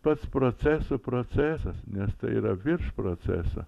pats proceso procesas nes tai yra virš proceso